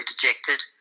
dejected